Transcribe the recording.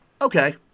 Okay